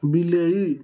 ବିଲେଇ